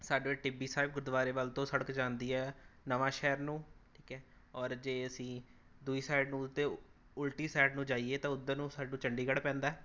ਸਾਡੇ ਟਿੱਬੀ ਸਾਹਿਬ ਗੁਰਦੁਆਰੇ ਵੱਲ ਤੋਂ ਸੜਕ ਜਾਂਦੀ ਹੈ ਨਵਾਂਸ਼ਹਿਰ ਨੂੰ ਠੀਕ ਹੈ ਔਰ ਜੇ ਅਸੀਂ ਦੂਜੀ ਸਾਈਡ ਨੂੰ ਉਹਤੇ ਉਲਟੀ ਸਾਈਡ ਨੂੰ ਜਾਈਏ ਤਾਂ ਉੱਧਰ ਨੂੰ ਸਾਨੂੰ ਚੰਡੀਗੜ੍ਹ ਪੈਂਦਾ